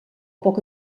poc